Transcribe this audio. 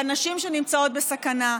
לנשים שנמצאות בסכנה,